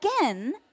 again